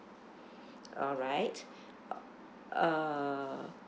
alright uh